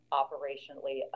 operationally